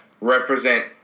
represent